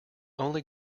only